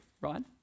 right